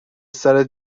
سرت